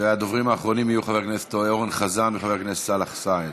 הדוברים האחרונים יהיו אורן חזן וחבר הכנסת סאלח סעד.